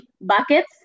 buckets